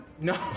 No